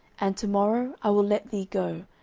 and to morrow i will let thee go,